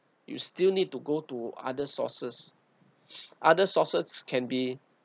you still need to go to other sources other sources can be